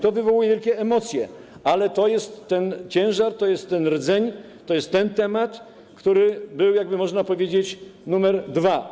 To wywołuje wielkie emocje, ale to jest ten ciężar, to jest ten rdzeń, to jest ten temat, który był, można powiedzieć, numerem dwa.